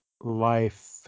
life